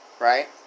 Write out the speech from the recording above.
right